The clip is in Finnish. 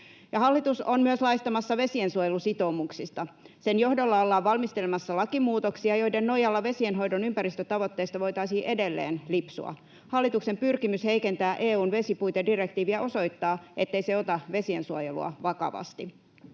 Hallitus on myös laistamassa vesiensuojelusitoumuksista. Sen johdolla ollaan valmistelemassa lakimuutoksia, joiden nojalla vesienhoidon ympäristötavoitteista voitaisiin edelleen lipsua. Hallituksen pyrkimys heikentää EU:n vesipuitedirektiiviä osoittaa, ettei se ota vesiensuojelua vakavasti.